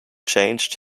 changed